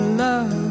love